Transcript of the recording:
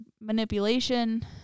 manipulation